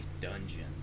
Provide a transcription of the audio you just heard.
Dungeon